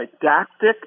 didactic